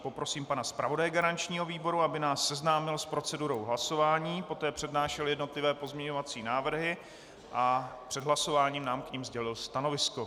Poprosím pana zpravodaje garančního výboru, aby nás seznámil s procedurou hlasování, poté přednášel jednotlivé pozměňovací návrhy a před hlasováním nám k nim sdělil stanovisko.